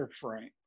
frame